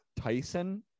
Tyson